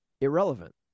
irrelevant